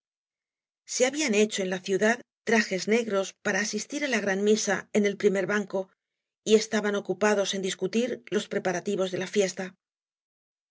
se habían hecho en la ciudad trajes negros para asistir á la gran misa en el primer banco y estaban ocupados en discutir loa preparativos de la fiesta